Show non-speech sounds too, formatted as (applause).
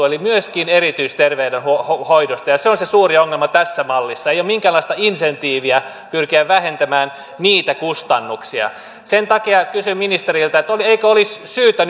(unintelligible) eli myöskin erityisterveydenhoidosta se on se suuri ongelma tässä mallissa ei ole minkäänlaista insentiiviä pyrkiä vähentämään niitä kustannuksia sen takia kysyn ministeriltä eikö olisi syytä (unintelligible)